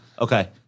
Okay